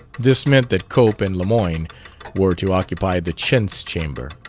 this meant that cope and lemoyne were to occupy the chintz chamber.